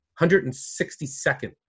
162nd